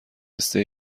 پسته